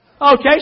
Okay